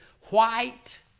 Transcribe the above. white